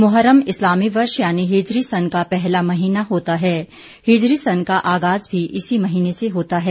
मुहर्रम इस्लामी वर्ष यानि हिजरी सन का पहला महीना होता है हिजरी सन का आगाज़ भी इसी महीने से होता है